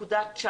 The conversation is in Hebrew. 0.19,